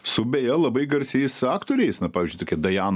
su beje labai garsiais aktoriais na pavyzdžiui tokia dajana